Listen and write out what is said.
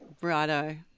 Righto